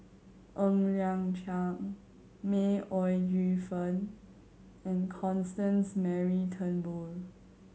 Ng Liang Chiang May Ooi Yu Fen and Constance Mary Turnbull